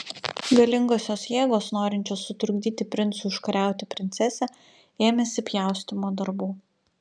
galingosios jėgos norinčios sutrukdyti princui užkariauti princesę ėmėsi pjaustymo darbų